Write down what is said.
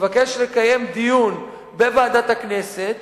שמבקש לקיים דיון בוועדת הכנסת